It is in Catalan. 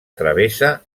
travessa